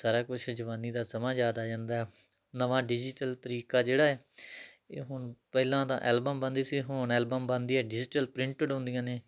ਸਾਰਾ ਕੁਛ ਜਵਾਨੀ ਦਾ ਸਮਾਂ ਯਾਦ ਆ ਜਾਂਦਾ ਹੈ ਨਵਾਂ ਡਿਜ਼ੀਟਲ ਤਰੀਕਾ ਜਿਹੜਾ ਹੈ ਇਹ ਹੁਣ ਪਹਿਲਾਂ ਤਾਂ ਐਲਬੰਮ ਬਣਦੀ ਸੀ ਹੁਣ ਐਲਬੰਮ ਬਣਦੀ ਹੈ ਡਿਜ਼ੀਟਲ ਪ੍ਰਿਟਿੰਡ ਆਉਂਦੀਆਂ ਨੇ